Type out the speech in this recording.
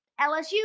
LSU